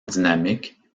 dynamique